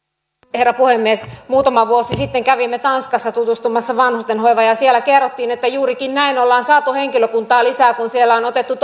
herra puhemies muutama vuosi sitten kävimme tanskassa tutustumassa vanhustenhoivaan ja siellä kerrottiin että juurikin näin ollaan saatu henkilökuntaa lisää kun siellä on otettu